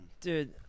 dude